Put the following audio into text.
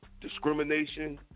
Discrimination